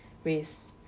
race